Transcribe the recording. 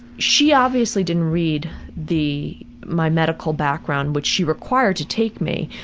she obviously didn't read the, my medical background, which she required to take me.